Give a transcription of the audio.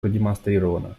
продемонстрирована